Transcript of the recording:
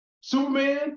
Superman